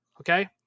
okay